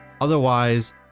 Otherwise